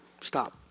stop